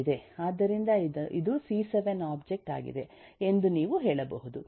ಆದ್ದರಿಂದ ಇದು ಸಿ7 ಒಬ್ಜೆಕ್ಟ್ ಆಗಿದೆ ಎಂದು ನೀವು ಹೇಳಬಹುದು